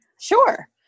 Sure